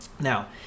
Now